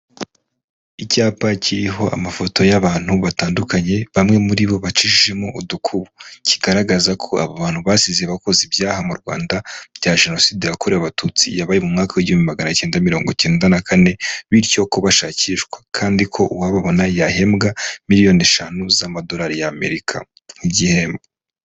Icyapa kiriho amafoto y'abantu batandukanye, bamwe muri bo bacishijemo udukubo, kigaragaza ko abo bantu basize bakoze ibyaha mu Rwanda bya Jenoside yakorewe abatutsi yabaye mu mwaka w'igihumbi magana icyenda mirongo cyenda na kane, bityo ko bashakishwa kandi ko uwababona yahembwa miliyoni eshanu z'amadolari y'Amerika nk'igihembo.